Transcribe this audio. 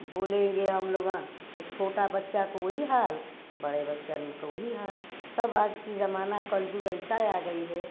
बोलेंगे हम लोगां तो छोटा बच्चा को वही हाल बड़े बच्चन के वही हाल सब आज की ज़माना कलयुग ऐसा आ गई है